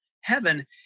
heaven